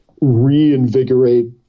reinvigorate